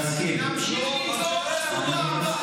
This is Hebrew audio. נמשיך לצעוק בשבוע הבא.